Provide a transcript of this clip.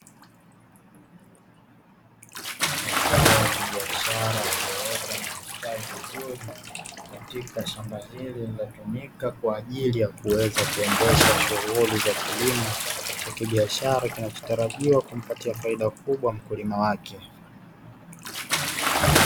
Mazao ya kibiashara aliota na kustawi vizuri katika shamba hili linatumika kwa ajili ya kuweza kuendesha shughuli za kilimo cha kibiashara, kinachotarajiwa kumpatia faida kubwa mkulima wake.